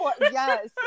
Yes